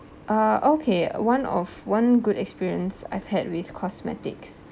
uh okay one of one good experience I've had with cosmetics